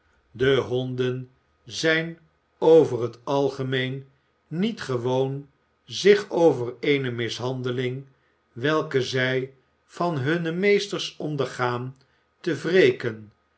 de honden zijn over t algemeen niet gewoon zich over eene mishandeling welke zij van hunne meesters ondergaan te